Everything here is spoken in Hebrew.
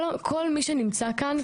כל מי שנמצא כאן,